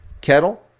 Kettle